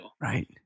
Right